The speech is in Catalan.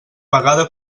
vegada